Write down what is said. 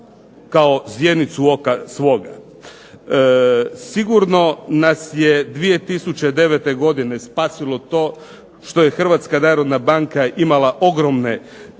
kao zjenicu oka svoga. Sigurno nas je 2009. godine spasilo to što je Hrvatska narodna banka ima ogromne depozite